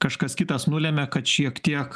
kažkas kitas nulemia kad šiek tiek